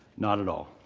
not at all.